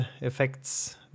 effects